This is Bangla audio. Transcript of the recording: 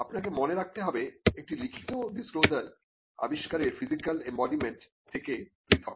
আপনাকে মনে রাখতে হবে একটি লিখিত ডিসক্লোজার আবিষ্কারের ফিজিক্যাল এম্বডিমেন্ট থেকে পৃথক